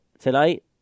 Tonight